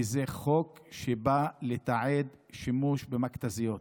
כי זה חוק שבא לתעד שימוש במכת"זיות.